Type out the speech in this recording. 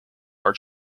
are